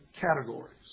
categories